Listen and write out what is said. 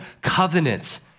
covenant